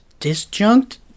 disjunct